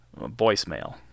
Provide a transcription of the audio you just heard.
voicemail